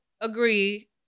agree